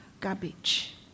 garbage